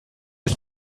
ist